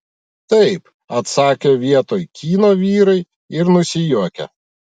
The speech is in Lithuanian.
taip atsakė vietoj kyno vyrai ir nusijuokė